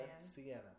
sienna